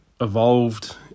evolved